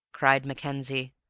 cried mackenzie.